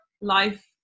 life